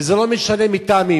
וזה לא משנה מטעם מי,